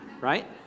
right